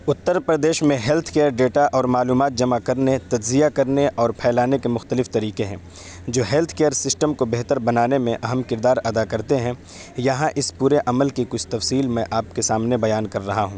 اترپردیس میں health care data اور معلومات جمع کرنے تجزیہ کرنے اور پھیلانے کے مختلف طریقے ہیں جو ہیلتھ کیئر سسٹم کو بہتر بنانے میں اہم کردار ادا کرتے ہیں یہاں اس پورے عمل کی کچھ تفصیل میں آپ کے سامنے بیان کر رہا ہوں